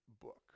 book